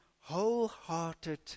wholehearted